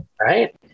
Right